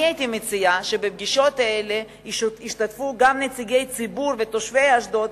אני הייתי מציעה שבפגישות האלה ישתתפו גם נציגי ציבור ותושבי אשדוד,